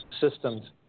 systems